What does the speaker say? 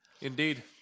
Indeed